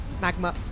Magma